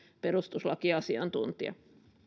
perustuslakiasiantuntija